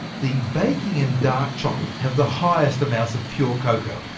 the baking and dark chocolate have the highest amounts of pure cacoa,